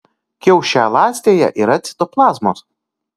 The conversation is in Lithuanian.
kiaušialąstėje yra citoplazmos